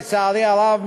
לצערי הרב,